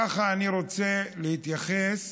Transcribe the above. ככה אני רוצה להתייחס